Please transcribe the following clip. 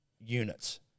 units